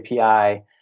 API